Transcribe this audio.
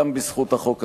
גם בזכות החוק הזה.